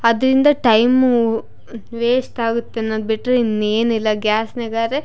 ಅದರಿಂದ time waste ಆಗುತ್ತೆ ಅನ್ನೋದು ಬಿಟ್ಟರೆ ಇನ್ನೇನಿಲ್ಲ ಗ್ಯಾಸ್ನಾಗಾರೆ